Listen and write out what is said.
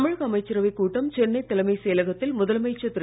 தமிழக அமைச்சரவைக் கூட்டம் சென்னை தலைமைச் செயலகத்தில் முதலமைச்சர் திரு